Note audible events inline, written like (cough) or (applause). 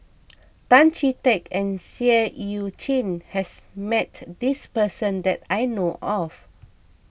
(noise) Tan Chee Teck and Seah Eu Chin has met this person that I know of